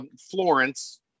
Florence